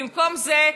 במקום זה,